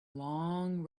long